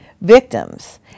victims